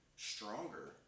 stronger